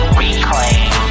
reclaim